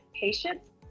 patients